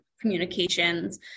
communications